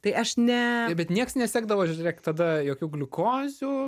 tai aš ne bet nieks nesisekdavo žiūrėk tada jokių gliukozių